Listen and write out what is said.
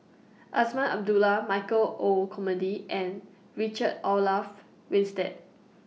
Azman Abdullah Michael Olcomendy and Richard Olaf Winstedt